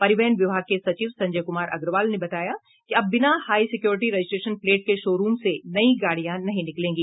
परिवहन विभाग के सचिव संजय कुमार अग्रवाल ने बताया कि अब बिना हाई सिक्योरिटी रजिस्ट्रेशन प्लेट के शो रूम से नई गाड़िया नहीं निकलेगी